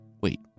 Wait